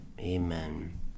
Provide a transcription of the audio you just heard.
amen